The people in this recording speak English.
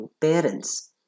parents